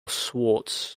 swartz